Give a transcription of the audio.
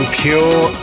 pure